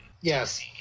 yes